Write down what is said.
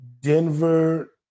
Denver